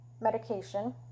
medication